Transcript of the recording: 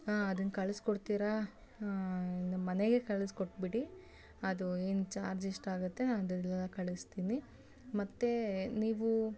ಹಾಂ ಅದನ್ನು ಕಳ್ಸ್ಕೊಡ್ತೀರಾ ನಮ್ಮ ಮನೆಗೆ ಕಳ್ಸ್ಕೊಟ್ಬಿಡಿ ಅದು ಏನು ಚಾರ್ಜ್ ಎಷ್ಟಾಗತ್ತೆ ನಾನು ದುಡ್ಡೆಲ್ಲ ಕಳಿಸ್ತೀನಿ ಮತ್ತು ನೀವು